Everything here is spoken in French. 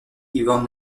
ivan